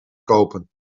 kopen